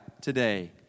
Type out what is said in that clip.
today